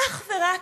אך ורק